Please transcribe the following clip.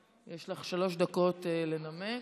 יש לך שלוש דקות לנמק.